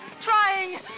Trying